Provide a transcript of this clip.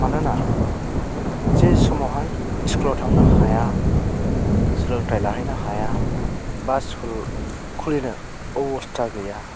मानोना जे समावहाय स्कुलाव थांनो हाया सोलोंथाइ लाहैनो हाया बा स्कुल खुलिनो अबस्था गैया